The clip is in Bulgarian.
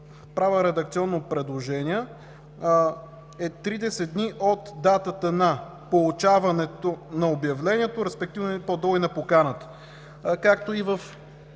Правя редакционно предложение да е: „30 дни от датата на получаването на обявлението”, респективно по-долу „на поканата”;